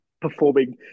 performing